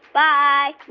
bye